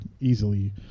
easily